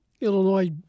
Illinois